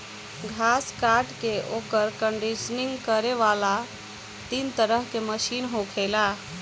घास काट के ओकर कंडीशनिंग करे वाला तीन तरह के मशीन होखेला